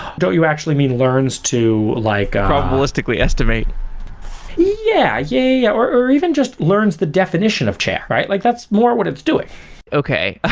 don't you actually mean learns to like probabilistically estimate yeah. yeah, yeah, yeah. or or even just learns the definition of chair, right? like that's more what it's doing okay.